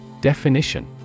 Definition